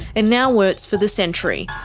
and now works for the sentry,